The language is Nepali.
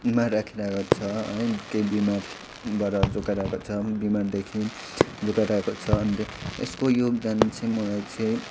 मा राखिरहेको छ है केही बिमारबाट जोगाइरहेको छ बिमारदेखि जोगाइरहेको अन्त यसको योगदान चाहिँ मलाई चाहिँ